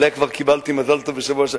ועליה כבר קיבלתי מזל טוב בשבוע שעבר.